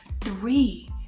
Three